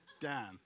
Dan